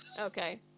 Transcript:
Okay